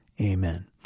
Amen